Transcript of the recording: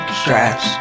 straps